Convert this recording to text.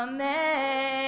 Amen